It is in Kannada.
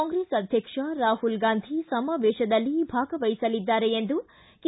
ಕಾಂಗ್ರೆಸ್ ಅಧ್ಯಕ್ಷ ರಾಹುಲ್ ಗಾಂಧಿ ಸಮಾವೇಶದಲ್ಲಿ ಭಾಗವಹಿಸಲಿದ್ದಾರೆ ಎಂದು ಕೆ